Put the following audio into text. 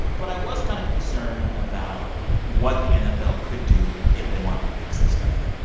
but i was kind of concerned about what the nfl could do if they wanted to fix this stuff.